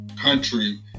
country